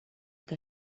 que